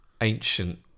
ancient